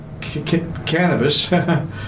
cannabis